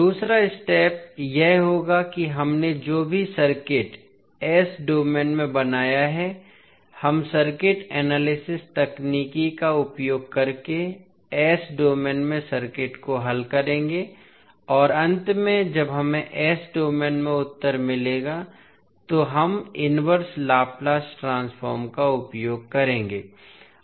दूसरा स्टेप यह होगा कि हमने जो भी सर्किट s डोमेन में बनाया है हम सर्किट एनालिसिस तकनीक का उपयोग करके s डोमेन में सर्किट को हल करेंगे और अंत में जब हमें s डोमेन में उत्तर मिलेगा तो हम इनवर्स लाप्लास ट्रांसफॉर्म का उपयोग करेंगे